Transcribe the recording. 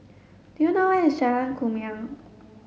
do you know where is Jalan Kumia